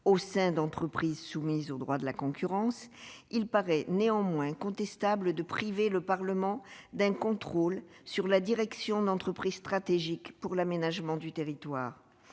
au sein d'entreprises soumises au droit de la concurrence, il paraît néanmoins contestable de priver le Parlement d'un contrôle sur la direction d'entreprises stratégiques pour l'aménagement du territoire,